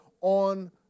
on